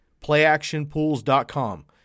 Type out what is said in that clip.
Playactionpools.com